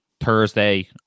Thursday